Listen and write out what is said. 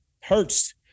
hurts